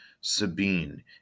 Sabine